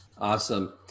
Awesome